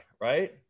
Right